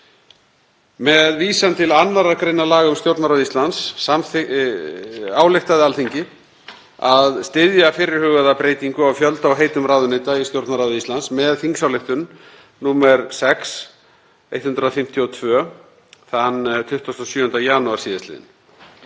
Með vísan til 2. gr. laga um Stjórnarráð Íslands ályktaði Alþingi að styðja fyrirhugaða breytingu á fjölda og heitum ráðuneyta í Stjórnarráði Íslands, með þingsályktun nr. 6/152 þann 27. janúar síðastliðinn.